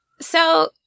So-